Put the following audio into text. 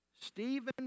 Stephen